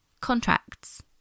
contracts